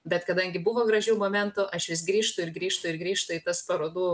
bet kadangi buvo gražių momentų aš vis grįžtu ir grįžtu ir grįžtu į tas parodų